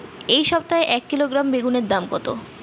এই সপ্তাহে এক কিলোগ্রাম বেগুন এর দাম কত?